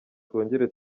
twongere